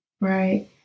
Right